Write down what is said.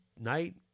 night